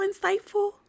insightful